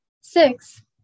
Six